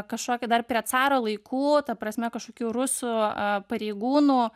kažkokia dar prie caro laikų ta prasme kažkokių rusų pareigūnų